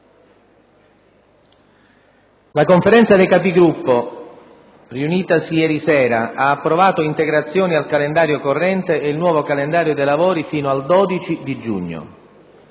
La Conferenza dei Capigruppo, riunitasi ieri sera, ha approvato integrazioni al calendario corrente e il nuovo calendario dei lavori fino al 12 giugno.